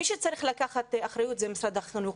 מי שצריך לקחת אחריות זה משרד החינוך.